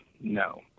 no